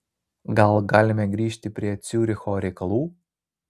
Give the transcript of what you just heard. gal galime grįžti prie ciuricho reikalų